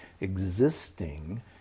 existing